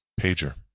pager